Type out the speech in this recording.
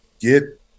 get